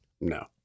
No